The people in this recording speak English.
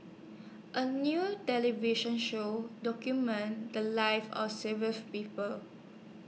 A New television Show documented The Lives of People